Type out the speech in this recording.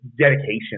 dedication